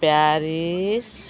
Paris